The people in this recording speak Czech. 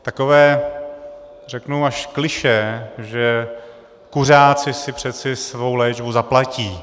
Takové řeknu až klišé, že kuřáci si přeci svou léčbu zaplatí.